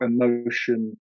emotion